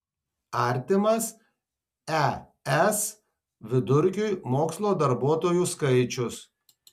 artimas es vidurkiui mokslo darbuotojų skaičius